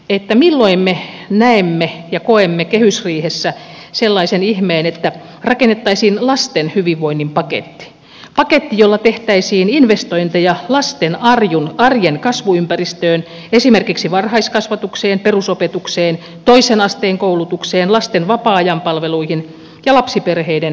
milloin me näemme ja koemme kehysriihessä sellaisen ihmeen että rakennettaisiin lasten hyvinvoinnin paketti paketti jolla tehtäisiin investointeja lasten arjen kasvuympäristöön esimerkiksi varhaiskasvatukseen perusopetukseen toisen asteen koulutukseen lasten vapaa ajan palveluihin ja lapsiperheiden toimeentuloon